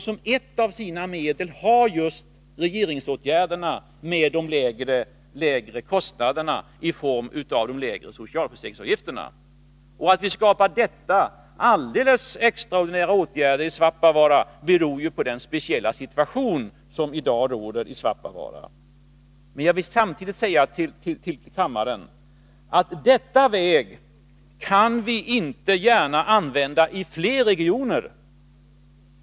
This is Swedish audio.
Som ett av sina argument skall de ha just regeringsåtgärderna att minska kostnaderna för industrin genom att införa de lägre socialförsäkringsavgifterna. Att vi skapar dessa allmänna extraordinära åtgärder i Svappavaara beror på den situation som råder där i dag. Men jag vill samtidigt säga till riksdagen att denna väg kan vi inte gärna använda i fler regioner.